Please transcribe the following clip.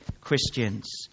Christians